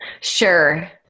Sure